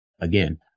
Again